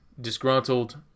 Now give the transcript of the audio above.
disgruntled